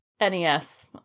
NES